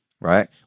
right